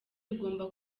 rugomba